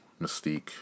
mystique